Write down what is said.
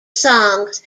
songs